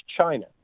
China